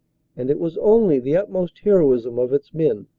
and it was only the utmost heroism of its men,